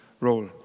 role